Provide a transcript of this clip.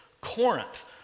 Corinth